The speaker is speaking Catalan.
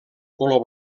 color